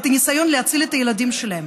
את הניסיון להציל את הילדים שלהם,